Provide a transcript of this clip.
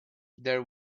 there